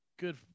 good